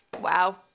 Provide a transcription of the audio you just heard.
Wow